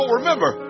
remember